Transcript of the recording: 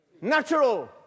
natural